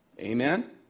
Amen